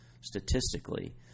statistically